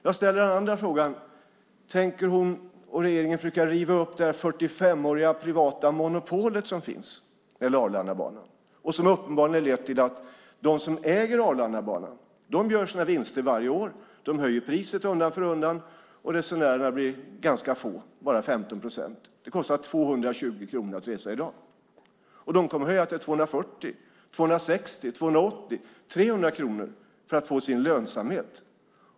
Jag ställde en annan fråga: Tänker statsrådet och regeringen bryta upp det 45-åriga privata monopol som finns när det gäller Arlandabanan? Det har uppenbarligen lett till att de som äger Arlandabanan gör vinster varje år. De höjer priset undan för undan och resenärerna blir ganska få, bara 15 procent. Det kostar 220 kronor att resa i dag. De kommer att höja till 240, 260, 280 och 300 kronor för att få sin lönsamhet.